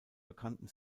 bekannten